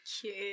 Cute